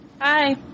Hi